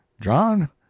John